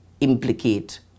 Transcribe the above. implicate